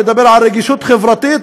מדבר על רגישות חברתית,